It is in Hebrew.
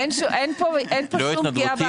אין פה שום פגיעה בעסקים.